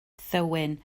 thywyn